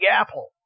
Apple